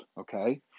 okay